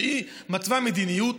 שהיא מתווה מדיניות,